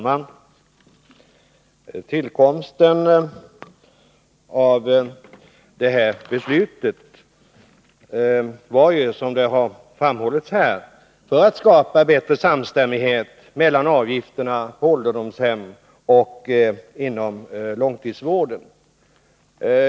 Fru talman! Det beslut som vi nu diskuterar tillkom — som det har framhållits här — för att skapa bättre samstämmighet mellan avgifterna på ålderdomshem och inom långtidsvården.